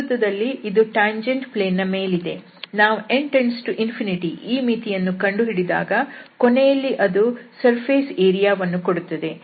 ಪ್ರಸ್ತುತದಲ್ಲಿ ಇದು tangent plane ದ ಮೇಲಿದೆ ನಾವು n→∞ ಈ ಮಿತಿಯನ್ನು ಕಂಡುಹಿಡಿದಾಗ ಕೊನೆಯಲ್ಲಿ ಅದು ಮೇಲ್ಮೈ ವಿಸ್ತೀರ್ಣ ವನ್ನು ಕೊಡುತ್ತದೆ